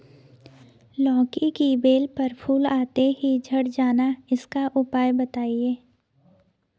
लौकी की बेल पर फूल आते ही झड़ जाना इसका उपाय बताएं?